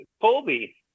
Colby